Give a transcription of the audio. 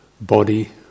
body